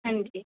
ਹਾਂਜੀ